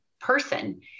person